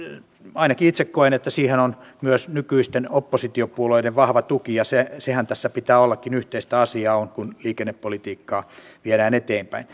ainakin itse koen että siihen on myös nykyisten oppositiopuolueiden vahva tuki ja sehän tässä pitää ollakin yhteistä asiaa on kun liikennepolitiikkaa viedään eteenpäin